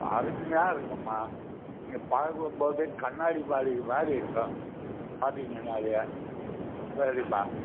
அதுக்கு மேலே இருக்கும்மா நீங்கள் பார்க்கும்போதே கண்ணாடி மாளிகைமாரி இருக்கும் பார்த்திங்கன்னாலே சரிம்மா